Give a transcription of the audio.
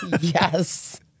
Yes